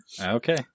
Okay